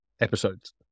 episodes